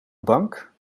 bank